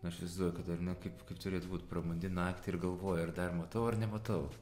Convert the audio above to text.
aš įsivaizduoju kad ar ne kaip kaip turėtų būt prabundi naktį ir galvoji ar dar matau ar nematau